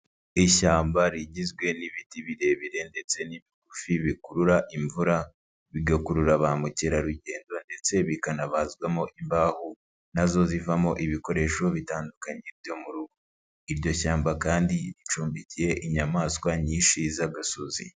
Ishyamba rigizwe n'ibiti birebire ndetse n'ibigufi bikurura imvura, bigakurura ba mukerarugendo ndetse bikanabazwamo imbaho na zo zivamo ibikoresho bitandukanye byo mu rugo. Iryo shyamba kandi ricumbikiye inyamaswa nyinshi z'agasozi.